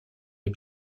les